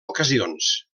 ocasions